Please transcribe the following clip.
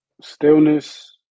stillness